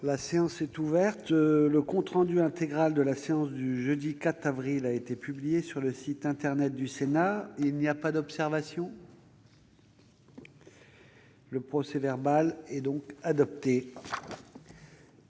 La séance est ouverte. Le compte rendu intégral de la séance du jeudi 4 avril 2019 a été publié sur le site internet du Sénat. Il n'y a pas d'observation ?... Le procès-verbal est adopté.